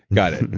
got it.